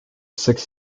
six